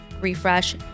refresh